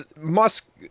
Musk